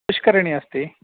पुष्करिणी अस्ति